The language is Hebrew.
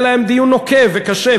שאולי יהיה עליהם דיון נוקב וקשה,